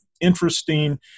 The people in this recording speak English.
interesting